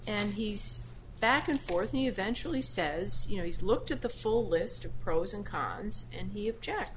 and he's back and forth eventually says you know he's looked at the full list of pros and cons and he object